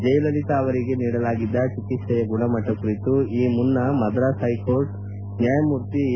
ಜಯಲಲಿತಾ ಅವರಿಗೆ ನೀಡಲಾಗಿದ್ದ ಚಿಕ್ಲೆಯ ಗುಣಮಟ್ಟ ಕುರಿತು ಈ ಮುನ್ನ ಮದ್ರಾಸ್ ಹೈಕೋರ್ಟ್ ನ್ಯಾಯಮೂರ್ತಿ ಎ